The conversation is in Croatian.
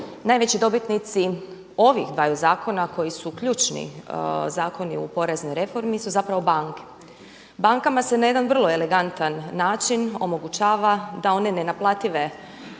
Najveći dobitnici ovih dvaju zakona koji su ključni zakoni u poreznoj reformi su zapravo banke. Bankama se na jedan vrlo elegantan način omogućava da one ne naplative